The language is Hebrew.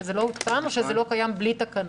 שזה לא עודכן או שזה לא קיים בלי תקנות?